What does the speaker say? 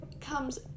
comes